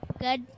Good